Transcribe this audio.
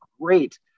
great